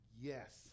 yes